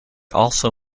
also